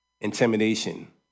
intimidation